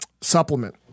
supplement